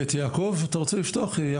בית יעקב אתה רוצה לפתוח, יעקב?